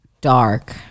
dark